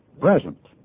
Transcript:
present